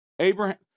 Abraham